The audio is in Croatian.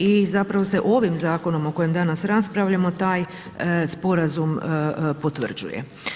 I zapravo se ovim zakonom o kojem danas raspravljamo taj sporazum potvrđuje.